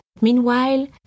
meanwhile